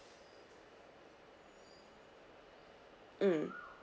mm